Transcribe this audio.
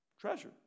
Treasure